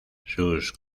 sus